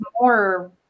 more